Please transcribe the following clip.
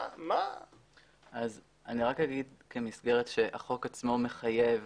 אני אומר כמסגרת שהחוק עצמו מחייב